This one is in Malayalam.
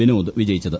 വിനോദ് വിജയിച്ചത്